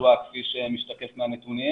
התחלואה כפי שמשתקף מהנתונים.